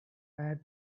have